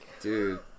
dude